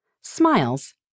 Smiles